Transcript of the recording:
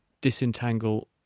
disentangle